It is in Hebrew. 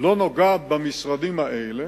לא נוגעת במשרדים האלה,